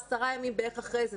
בערך עשרה ימים אחרי זה,